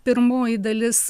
pirmoji dalis